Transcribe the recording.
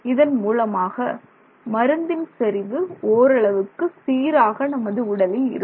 இதன் மூலமாக மருந்தின் செறிவு ஓரளவுக்கு சீராக நமது உடலில் இருக்கும்